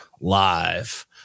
live